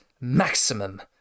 maximum